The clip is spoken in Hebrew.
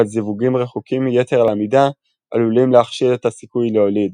אבל זיווגים רחוקים יתר על המידה עלולים להכשיל את הסיכוי להוליד,